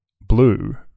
blue